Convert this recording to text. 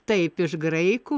taip iš graikų